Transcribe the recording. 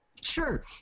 Sure